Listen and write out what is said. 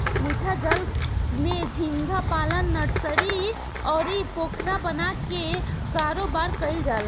मीठा जल में झींगा पालन नर्सरी, अउरी पोखरा बना के कारोबार कईल जाला